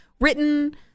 written